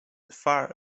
far